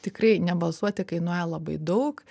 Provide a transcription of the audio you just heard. tikrai nebalsuoti kainuoja labai daug